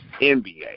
NBA